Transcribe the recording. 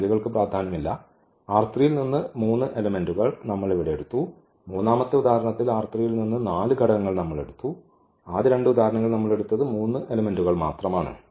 സംഖ്യകൾക്ക് പ്രാധാന്യമില്ല ൽ നിന്ന് മൂന്ന് എലെമെന്റുകൾ നമ്മൾ ഇവിടെ എടുത്തു മൂന്നാമത്തെ ഉദാഹരണത്തിൽ ൽ നിന്ന് നാല് ഘടകങ്ങൾ നമ്മൾ എടുത്തു ആദ്യ രണ്ട് ഉദാഹരണങ്ങളിൽ നമ്മൾ എടുത്തത് മൂന്ന് എലെമെന്റുകൾ മാത്രമാണ്